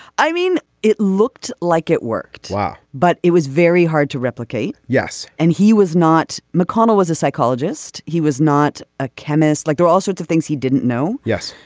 i mean it looked like it worked well but it was very hard to replicate. yes. and he was not. mcconnell was a psychologist. he was not a chemist like there are all sorts of things he didn't know. yes.